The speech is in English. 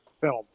film